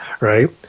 right